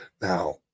Now